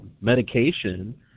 medication